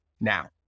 now